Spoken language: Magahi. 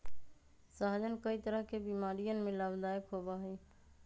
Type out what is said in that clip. सहजन कई तरह के बीमारियन में लाभदायक होबा हई